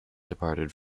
departed